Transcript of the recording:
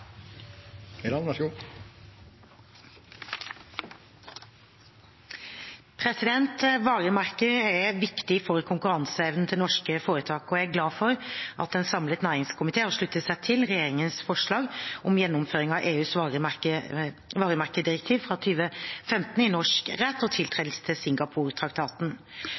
for konkurranseevnen til norske foretak, og jeg er glad for at en samlet næringskomité har sluttet seg til regjeringens forslag om gjennomføring av EUs varemerkedirektiv fra 2015 i norsk rett og tiltredelse til